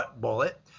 bullet